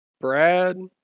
Brad